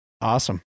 Awesome